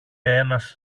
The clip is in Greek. ένας